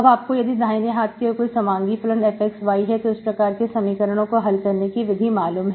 अब आपको यदि दाहिने हाथ की और कोई समांगी फलन fxy है तो इस प्रकार के समीकरणों को हल करने की विधि मालूम है